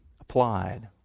applied